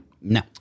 No